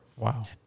Wow